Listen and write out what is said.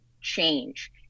change